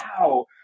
wow